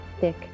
thick